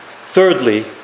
Thirdly